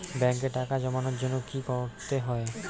ব্যাংকে টাকা জমানোর জন্য কি কি করতে হয়?